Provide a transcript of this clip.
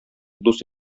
дус